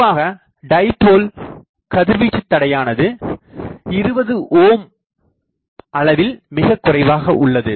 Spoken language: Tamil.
பொதுவாக டைபோல் கதிர்வீச்சு தடையானது 20 ohm அளவில் மிகக் குறைவாக உள்ளது